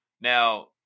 now –